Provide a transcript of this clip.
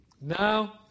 Now